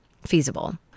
feasible